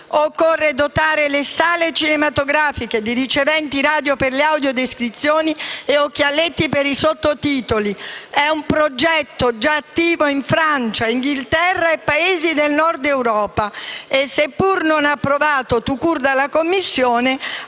Occorre dotare le sale cinematografiche di riceventi radio per le audiodescrizioni e occhialetti per i sottotitoli. È un progetto già attivo in Francia, in Inghilterra e nei Paesi del Nord Europa che, seppur non approvato *tout court* dalla Commissione,